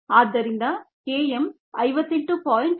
ಆದ್ದರಿಂದ k m 58